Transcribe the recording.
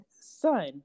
son